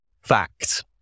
Fact